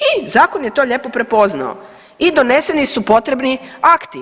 I zakon je to lijepo prepoznao i doneseni su potrebni akti.